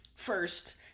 First